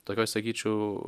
tokioj sakyčiau